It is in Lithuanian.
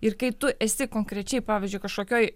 ir kai tu esi konkrečiai pavyzdžiui kažkokioj